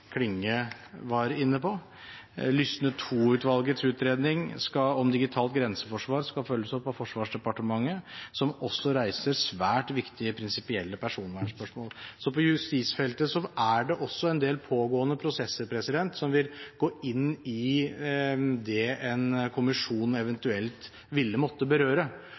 Klinge var inne på, og Lysne II-utvalgets utredning om digitalt grenseforsvar skal følges opp av Forsvarsdepartementet, som også reiser svært viktige prinsipielle personvernspørsmål. Så på justisfeltet er det også en del pågående prosesser som vil gå inn i det en kommisjon eventuelt ville måtte berøre.